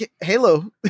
Halo